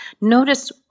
notice